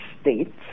states